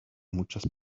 muchas